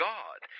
God